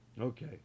Okay